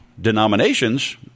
denominations